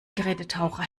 gerätetaucher